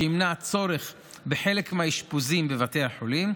שימנע צורך בחלק מהאשפוזים בבתי החולים,